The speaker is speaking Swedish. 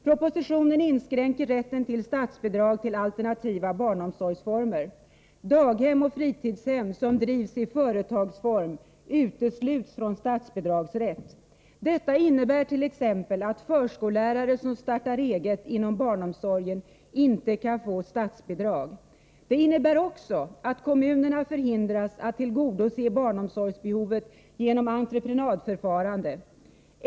Propositionen inskränker rätten till statsbidrag till alternativa barnomsorgsformer. Daghem och fritidshem som drivs i företagsform utesluts från statsbidragsrätt. Detta innebär t.ex. att förskollärare som startar eget inom barnomsorgen inte kan få statsbidrag. Det innebär också att kommunerna förhindras att tillgodose barnomsorgsbehovet genom entreprenadförfarande.